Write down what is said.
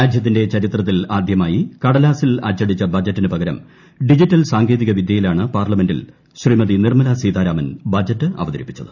രാജ്യത്തിന്റെ ചരിത്രത്തിലാദൃമായി കടലാസിൽ അച്ചടിച്ച ബജറ്റിന് പകരം ഡിജിറ്റൽ സാങ്കേതികവിദൃയിലാണ് പാർലമെന്റിൽ ശ്രീമതി നിർമല സീതാരാമൻ ബജറ്റ് അവതരിപ്പിച്ചത്